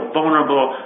vulnerable